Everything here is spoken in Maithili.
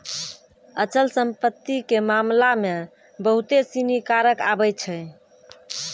अचल संपत्ति के मामला मे बहुते सिनी कारक आबै छै